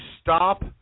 stop